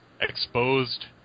exposed